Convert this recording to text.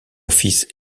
fils